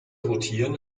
rotieren